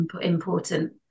important